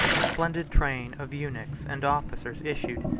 a splendid train of eunuchs and officers issued,